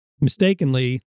mistakenly